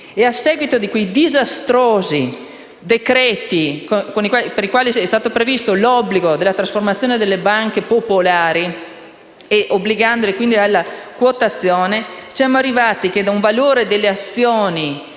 A seguito di quei disastrosi decreti, attraverso i quali è stato previsto l'obbligo della trasformazione delle banche popolari, obbligandole quindi alla quotazione, siamo arrivati ad un valore delle azioni